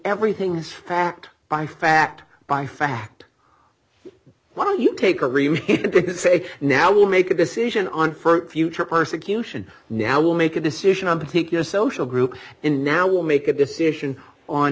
everything is fact by fact by fact why don't you take it because say now will make a decision on further future persecution now we'll make a decision on particular social group in now we'll make a decision on